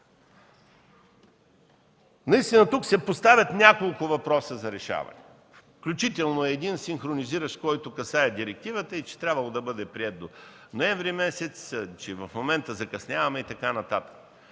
Наистина тук се поставят няколко въпроса за решаване, включително един синхронизиращ, който касае директивата и че трябвало да бъде приет от ноември месец, че в момента закъсняваме и така нататък.